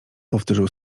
powtórzył